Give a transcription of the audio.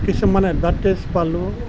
কিছুমান এডভাৰটাইজ পালোঁ